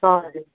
हजुर